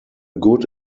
good